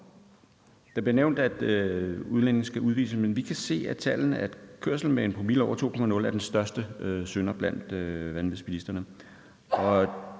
Det bliver nævnt, at udlændinge skal udvises. Men vi kan se af tallene, at kørsel med en promille på over 2,0 er den største synder blandt vanvidsbilisterne,